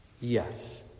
Yes